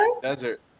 desert